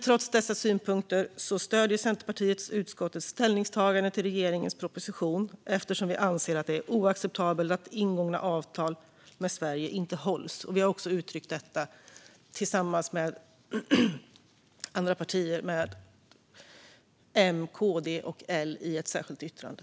Trots dessa synpunkter stöder Centerpartiet utskottets ställningstagande till regeringens proposition eftersom vi anser att det är oacceptabelt att ingångna avtal med Sverige inte hålls. Vi har också uttryckt detta tillsammans med andra partier, med M, KD och L, i ett särskilt yttrande.